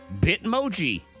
bitmoji